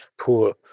poor